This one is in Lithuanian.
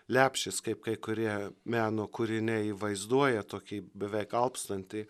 lepšis kaip kai kurie meno kūriniai vaizduoja tokį beveik alpstantį